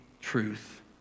truth